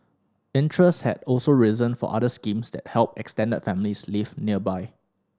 interest has also risen for other schemes that help extended families live nearby